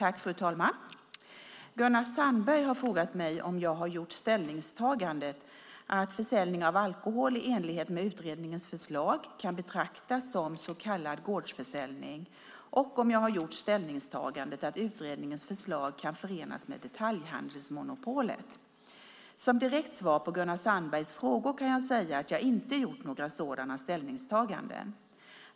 Fru talman! Gunnar Sandberg har frågat mig om jag gjort ställningstagandet att försäljning av alkohol i enlighet med utredningens förslag kan betraktas som så kallad gårdsförsäljning och om jag gjort ställningstagandet att utredningens förslag kan förenas med detaljhandelsmonopolet. Som direkt svar på Gunnar Sandbergs frågor kan jag säga att jag inte gjort några sådana ställningstaganden.